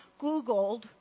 Googled